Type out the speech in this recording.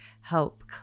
help